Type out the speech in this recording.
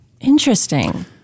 Interesting